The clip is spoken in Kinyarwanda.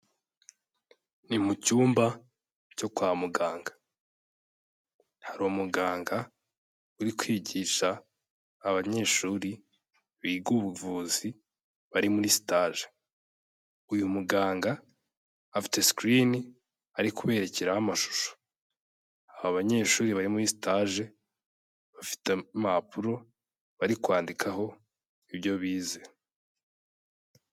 Ni mu cyumba cyo kwa muganga, hari umuganga uri kwigisha abanyeshuri biga ubuvuzi bari muri sitaje, uyu muganga afite sikirini ari kuberekeraho amashusho, aba banyeshuri bari muri sitaje bafite impapuro bari kwandikaho ibyo bize.